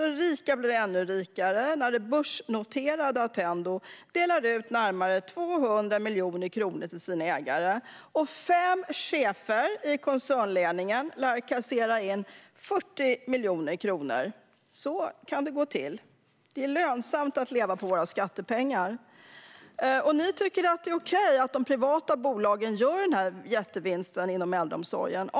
De rika blev ännu rikare när det börsnoterade Attendo delade ut närmare 200 miljoner kronor till sina ägare. Fem chefer i koncernledningen lär ha kasserat in 40 miljoner kronor. Så kan det gå till. Det är lönsamt att leva på våra skattepengar. Ni tycker att det är okej att de privata bolagen gör den här jättevinsten inom äldreomsorgen.